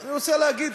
אני רוצה להגיד,